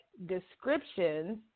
descriptions